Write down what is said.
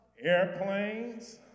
airplanes